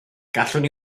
gallwn